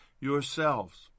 yourselves